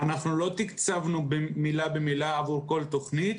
לא תקצבנו מילה במילה עבור כל תוכנית,